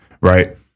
right